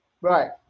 Right